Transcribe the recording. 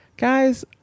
Guys